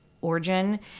origin